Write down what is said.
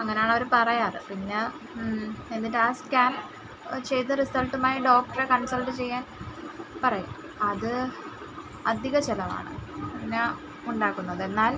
അങ്ങനാണ് അവർ പറയാറ് പിന്നെ എന്നിട്ട് ആ സ്കാൻ ചെയ്ത റിസൾട്ടുമായ് ഡോക്ടറെ കൺസൾട്ട് ചെയ്യാൻ പറയും അത് അധിക ചിലവാണ് പിന്നെ ഉണ്ടാക്കുന്നത് എന്നാൽ